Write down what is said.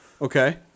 Okay